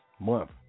month